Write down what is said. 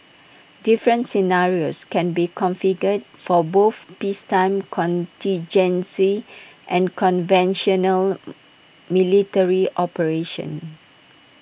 different scenarios can be configured for both peacetime contingency and conventional military operations